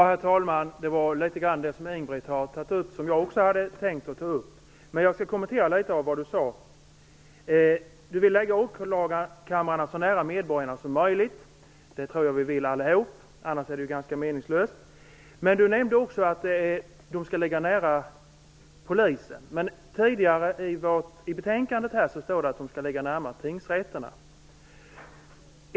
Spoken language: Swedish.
Herr talman! Jag hade i viss mån tänkt ta upp det som Ingbritt Irhammar tog upp. Litet av det som sades vill jag dock kommentera. Ingbritt Irhammar vill lägga åklagarkamrarna så nära medborgarna som möjligt. Det tror jag att vi alla vill, för annars är ju det hela ganska meningslöst. Det nämndes också att åklagarkamrarna skall ligga nära polisen. Tidigare i betänkandet nämns dock att de skall ligga närmare tingsrätterna.